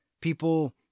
People